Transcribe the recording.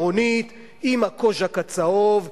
פוגעת בחברה,